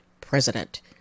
President